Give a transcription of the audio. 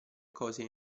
cose